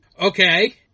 Okay